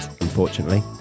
unfortunately